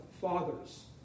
Father's